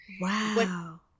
Wow